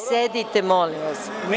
Sedite molim vas.